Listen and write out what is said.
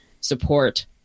support